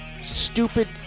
stupid